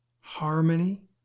Harmony